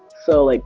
so, like